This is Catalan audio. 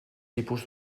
tipus